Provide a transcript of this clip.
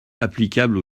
applicables